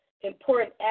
important